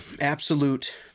absolute